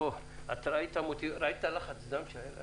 בואי, את ראית את לחץ הדם שהיה לי?